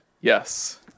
yes